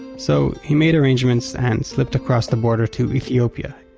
so he made arrangements, and slipped across the border to ethiopia.